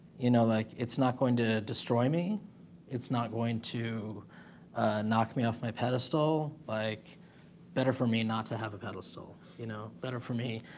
you know like it's not going to destroy me it's not going to knock me off my pedestal like better for me not to have a pedestal, you know better for me.